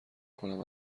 کنم